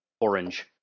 Orange